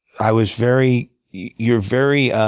i was very you're very